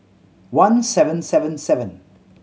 one seven seven seven